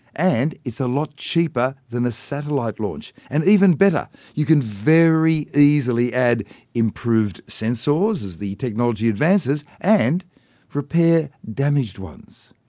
and it's a lot cheaper than a satellite launch. and even better, you can very easily add improved sensors as the technology advances, and repair damaged ones.